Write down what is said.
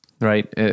right